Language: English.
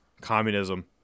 Communism